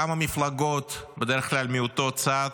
כמה מפלגות, בדרך כלל מאותו צד,